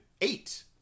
eight